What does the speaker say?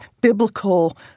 biblical